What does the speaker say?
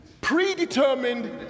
predetermined